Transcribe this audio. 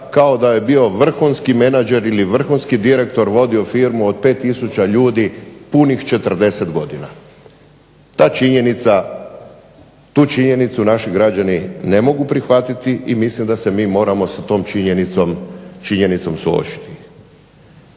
kao da je bio vrhunski menadžer ili vrhunski direktor, vodio firmu od 5 tisuća ljudi punih 40 godina. Ta činjenica, tu činjenicu naši građani ne mogu prihvatiti i mislim da se mi moramo sa tom činjenicom složiti.